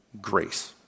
grace